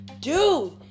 dude